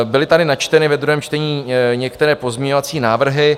Byly tady načteny ve druhém čtení některé pozměňovací návrhy.